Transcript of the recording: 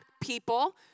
people